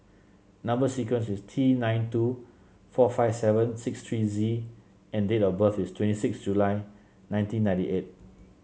number sequence is T nine two four five seven six three Z and date of birth is twenty six July nineteen ninety eight